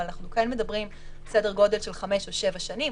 אבל אנחנו מדברים על סדר גודל של חמש או שבע שנים,